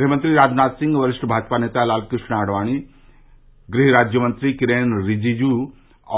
गृहमंत्री राजनाथ सिंह वरिष्ठ भाजपा नेता लालकृष्ण आडवाणी गृह राज्यमंत्री किरेन रिजिजू